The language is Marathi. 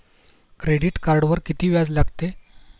क्रेडिट कार्डवर किती व्याज लागते?